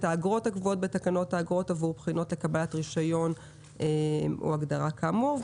האגרות הקבועות בתקנות עבור בחינות לקבלת רישיון או הגדרה כאמור.